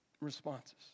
responses